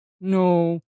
no